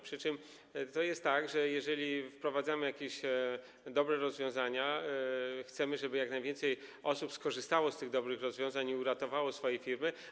Przy czym to jest tak, że jeżeli wprowadzamy jakieś dobre rozwiązania, to chcemy, żeby jak najwięcej osób skorzystało z tych dobrych rozwiązań i uratowało swoje firmy.